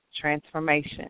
Transformation